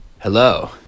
Hello